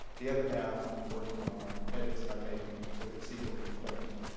the other half, i've been working on edits i'm making to the sequel to the finisher.